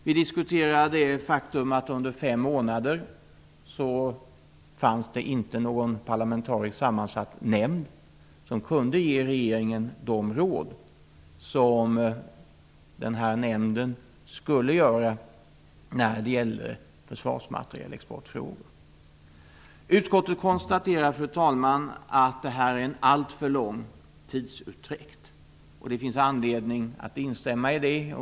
Vi diskuterar det faktum att det under fem månader inte fanns någon parlamentariskt sammansatt nämnd som kunde ge regeringen de råd som den här nämnden skulle göra i försvarsmaterielexportfrågor. Fru talman! Utskottet konstaterar att detta är en alltför lång tidsutdräkt. Det finns anledning att instämma i det.